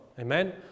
Amen